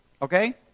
Okay